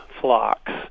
flocks